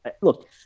Look